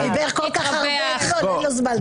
חשבת על המחירים לפני שהסכמת לשבת בראש דיון